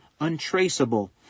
untraceable